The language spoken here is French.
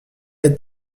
est